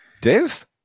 Dave